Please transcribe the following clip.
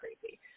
crazy